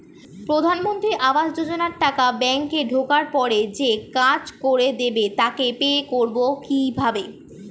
প্রধানমন্ত্রী আবাস যোজনার টাকা ব্যাংকে ঢোকার পরে যে কাজ করে দেবে তাকে পে করব কিভাবে?